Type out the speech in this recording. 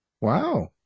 Wow